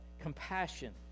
compassion